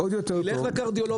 שילך לקרדיולוג,